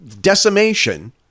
decimation